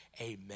amen